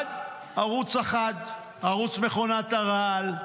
מלבד ערוץ אחד, ערוץ מכונת הרעל.